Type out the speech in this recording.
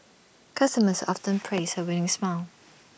customers often praise her winning smile